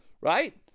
Right